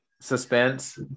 suspense